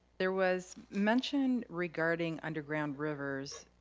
there was mentioned regarding underground rivers